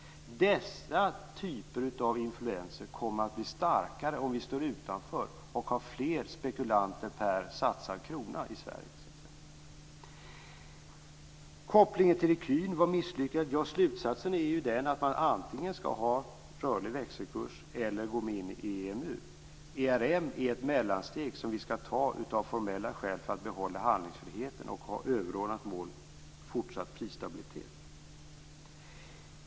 Dessa typer av influenser kommer att bli starkare om vi står utanför och har fler spekulanter per satsad krona i Sverige. Kopplingen till ecun var misslyckad, säger Per Ola Eriksson. Ja, slutsatsen är ju att man antingen skall ha rörlig växelkurs eller gå med i EMU. ERM är ett mellansteg som vi av formella skäl skall ta för att behålla handlingsfriheten och ha fortsatt prisstabilitet som överordnat mål.